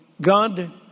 God